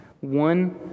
One